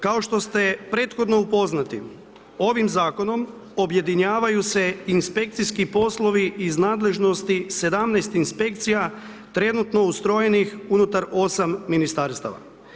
Kao što ste prethodno upoznati, ovim Zakonom objedinjuju se inspekcijski poslovi iz nadležnosti 17 inspekcija trenutno ustrojenih unutar 8 Ministarstava.